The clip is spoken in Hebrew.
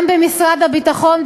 גם במשרד הביטחון,